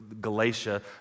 Galatia